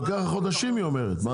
לוקח לך חודשים היא אומרת, מה?